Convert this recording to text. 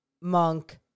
Monk